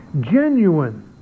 Genuine